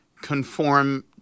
conform